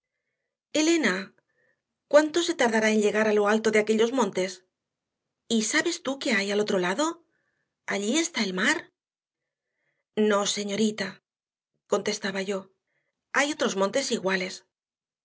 elena cuánto se tardaría en llegar a lo alto de aquellos montes y sabes tú que hay al otro lado allí está el mar no señorita contestaba yo hay otros montes iguales